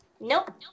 Nope